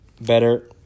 Better